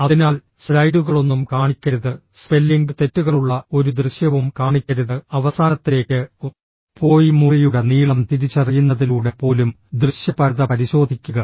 അതിനാൽ സ്ലൈഡുകളൊന്നും കാണിക്കരുത് സ്പെല്ലിംഗ് തെറ്റുകളുള്ള ഒരു ദൃശ്യവും കാണിക്കരുത് അവസാനത്തിലേക്ക് പോയി മുറിയുടെ നീളം തിരിച്ചറിയുന്നതിലൂടെ പോലും ദൃശ്യപരത പരിശോധിക്കുക